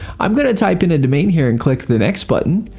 i'm going to type in a domain here and click the next button.